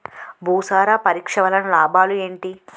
భూసార పరీక్ష వలన లాభాలు ఏంటి?